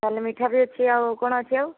ତା'ହେଲେ ମିଠା ବି ଅଛି ଆଉ କ'ଣ ଅଛି ଆଉ